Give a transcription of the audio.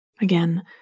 again